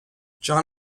john